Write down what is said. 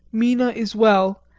mina is well,